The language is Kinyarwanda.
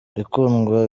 ikundwa